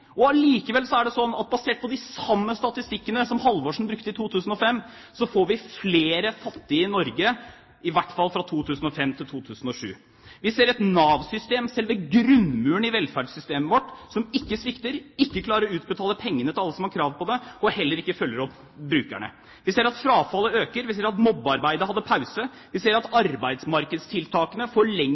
Allikevel er det sånn, basert på de samme statistikkene som Halvorsen brukte i 2005, at vi har fått flere fattige i Norge, i hvert fall fra 2005 til 2007. Vi ser et Nav-system, selve grunnmuren i velferdssystemet vårt, som svikter, som ikke klarer å utbetale penger til alle som har krav på det, og heller ikke følger opp brukerne. Vi ser at frafallet øker. Vi ser at mobbearbeidet har tatt pause. Vi ser arbeidsmarkedstiltakene gir lengre køer. Vi ser at